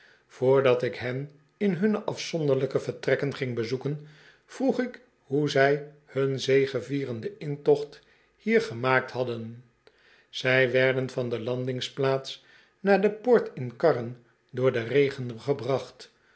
voordat ik hen in hunne afzonderlijke vertrekken ging bezoeken vroeg ik hoe zij hun zegevierenden intocht hier gemaakt hadden zh werden van de landingsplaats naar de poort in karren door den regen gebracht